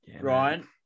Ryan